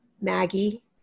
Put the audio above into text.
Maggie